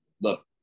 Look